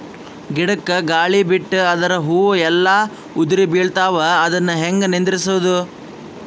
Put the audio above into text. ಗಿಡಕ, ಗಾಳಿ ಬಿಟ್ಟು ಅದರ ಹೂವ ಎಲ್ಲಾ ಉದುರಿಬೀಳತಾವ, ಅದನ್ ಹೆಂಗ ನಿಂದರಸದು?